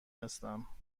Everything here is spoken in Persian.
هستم